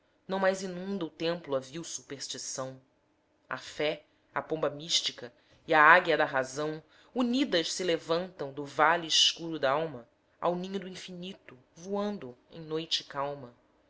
não mais inunda o templo a vil superstição a fé a pomba mística e a águia da razão unidas se levantam do vale escuro d'alma ao ninho do infinito voando em noite calma